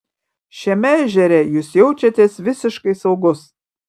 šiame ežere jūs jaučiatės visiškai saugus